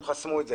הם חסמו את זה.